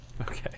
Okay